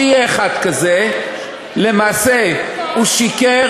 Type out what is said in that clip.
שיהיה אחד כזה, למעשה הוא שיקר